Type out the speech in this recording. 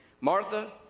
Martha